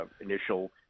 initial